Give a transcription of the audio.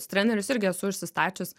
pas trenerius irgi esu užsistačius